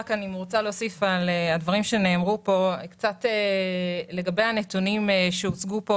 אני רוצה להוסיף על הדברים שנאמרו כאן לגבי הנתונים שהוצגו קודם.